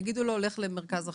יגידו לו: לך למרכז אחר.